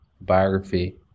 biography